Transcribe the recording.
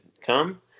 come